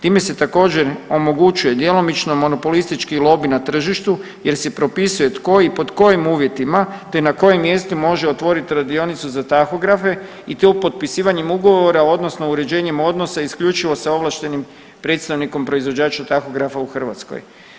Time se također omogućuje djelomično monopolistički lobij na tržištu jer se propisuje tko i pod kojim uvjetima, te na kojem mjestu može otvoriti radionicu za tahografe i to potpisivanjem ugovora, odnosno uređenjem odnosa isključivo sa ovlaštenim predstavnikom proizvođača tahografa u Hrvatskoj.